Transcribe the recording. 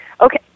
Okay